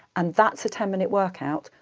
and that's a ten minutes workout,